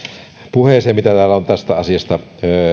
puheisiin verrattuna mitä täällä on tästä asiasta